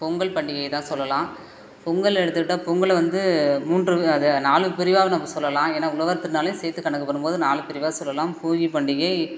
பொங்கல் பண்டிகையை தான் சொல்லலாம் பொங்கல் எடுத்துக்கிட்டா பொங்கலை வந்து மூன்று அது நாலு பிரிவாக நம்ப சொல்லலாம் ஏனால் உழவர் திருநாளையும் சேர்த்து கணக்கு பண்ணும் போது நாலு பிரிவாக சொல்லலாம் போகி பண்டிகை